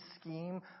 scheme